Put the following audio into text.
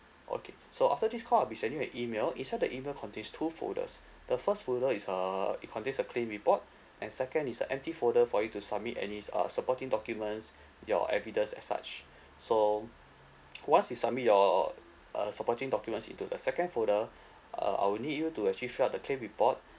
okay so after this call I'll be sending your an email inside the email contains two folders the first folder is a it contains a claim report and second is a empty folder for you to submit any uh supporting documents your evidence as such so once you submit your uh supporting documents into a second folder uh I will need you to actually fill up the claim report